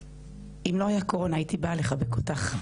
אם לא הקורונה, הייתי באה לחבק אותך.